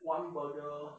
one burger